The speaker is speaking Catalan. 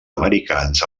americans